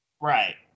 Right